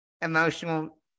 emotional